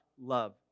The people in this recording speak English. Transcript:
love